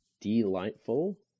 delightful